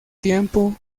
tiempo